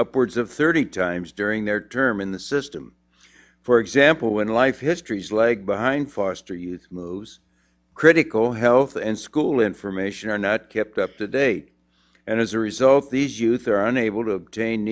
upwards of thirty times during their term in the system for example when life histories leg behind foster youth moves critical health and school information are not kept up to date and as a result these youth are unable to obtain